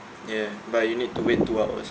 yeah but you need to wait two hours